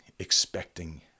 expecting